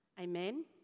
Amen